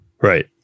Right